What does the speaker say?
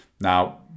now